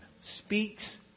speaks